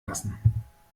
lassen